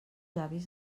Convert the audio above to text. avis